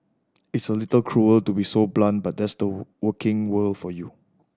it's a little cruel to be so blunt but that's the working world for you